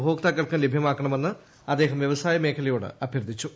ഉപഭോക്താക്കൾക്കും ലഭ്യമാക്കണമെന്ന് അദ്ദേഹം വ്യവസായ മേഖലയോട് അഭ്യർത്ഥിച്ചു